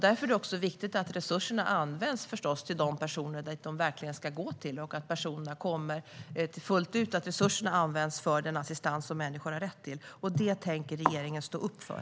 Därför är det förstås viktigt att resurserna används för de personer de ska gå till och vidare att resurserna används för den assistans människor har rätt till. Det tänker regeringen stå upp för.